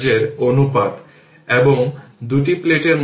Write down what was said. এখন 2 থেকে 4 এর মধ্যে i t হল 0 কারণ dvtdt 0 এই dvtdt 0